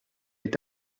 est